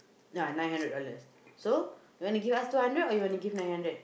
yeah nine hundred dollar so you want to give us two hundred or you want to give nine hundred